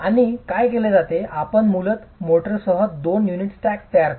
आणि काय केले जाते आपण मूलत मोर्टारसह दोन युनिट्सचा स्टॅक तयार करा